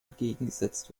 entgegengesetzt